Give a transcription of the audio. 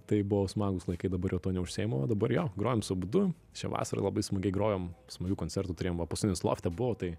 tai buvo smagūs laikai dabar jau tuo neužsiimu o dabar jo grojam su abudu šią vasarą labai smagiai grojom smagių koncertų turėjom va paskutinis lofte buvo tai